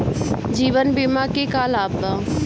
जीवन बीमा के का लाभ बा?